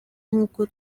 nkuko